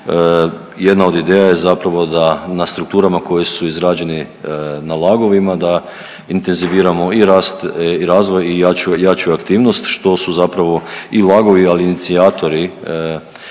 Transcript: Jedna od ideja je zapravo da na strukturama koji su izrađeni na LAG-ovima da intenziviramo i rast i razvoj i jaču aktivnost što su zapravo i LAG-ovi ali i inicijatori